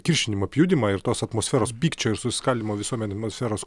kiršinimą pjudymą ir tos atmosferos pykčio ir suskaldymo visuomenėj atmosferos